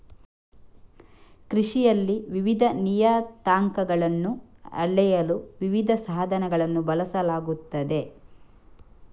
ಕೃಷಿಯಲ್ಲಿ ವಿವಿಧ ನಿಯತಾಂಕಗಳನ್ನು ಅಳೆಯಲು ವಿವಿಧ ಸಾಧನಗಳನ್ನು ಬಳಸಲಾಗುತ್ತದೆ